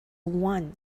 one